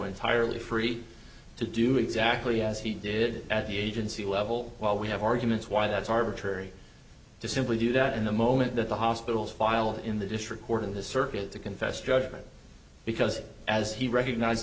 entirely free to do exactly as he did at the agency level while we have arguments why that's arbitrary to simply do that in the moment that the hospitals file in the district court of the circuit the confessed judgment because as he recognized